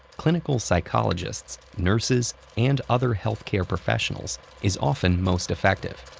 clinical psychologists, nurses and other healthcare professionals is often most effective.